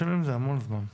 30 יום זה המון זמן.